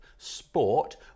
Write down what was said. sport